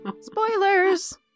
Spoilers